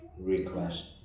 request